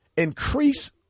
increase